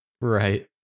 Right